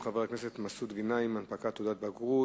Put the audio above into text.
של חבר הכנסת מסעוד גנאים: הנפקת תעודת בגרות.